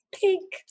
pink